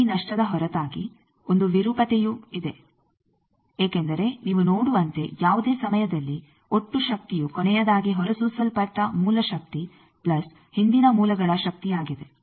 ಈ ನಷ್ಟದ ಹೊರತಾಗಿ ಒಂದು ವಿರೂಪತೆಯೂ ಇದೆ ಏಕೆಂದರೆ ನೀವು ನೋಡುವಂತೆ ಯಾವುದೇ ಸಮಯದಲ್ಲಿ ಒಟ್ಟು ಶಕ್ತಿಯು ಕೊನೆಯದಾಗಿ ಹೊರಸೂಸಲ್ಪಟ್ಟ ಮೂಲ ಶಕ್ತಿ ಪ್ಲಸ್ ಹಿಂದಿನ ಮೂಲಗಳ ಶಕ್ತಿಯಾಗಿದೆ